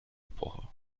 epoche